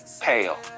pale